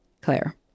Claire